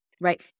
Right